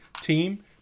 team